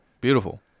Beautiful